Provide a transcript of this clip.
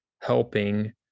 helping